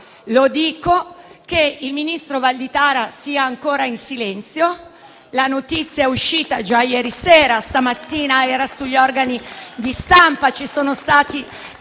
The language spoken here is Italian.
lo dico - che il ministro Valditara sia ancora in silenzio. La notizia è uscita già ieri sera; stamattina era sugli organi di stampa, ci sono stati